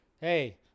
Hey